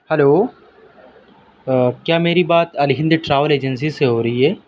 hello کیا میری بات الہند ٹراویل ایجینسی سے ہو رہی ہے